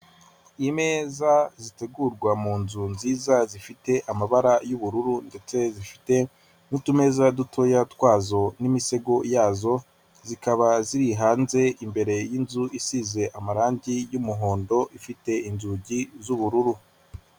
Imeza zitegurwa mu nzu nziza, zifite amabara y'ubururu ndetse zifite n'utumeza dutoya twazo n'imisego yazo zikaba ziri hanze imbere y'inzu isize amarangi y'umuhondo, ifite inzugi z'ubururu.